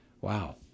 Wow